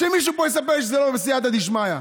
שמישהו פה יספר לי שזה לא בסייעתא דשמיא.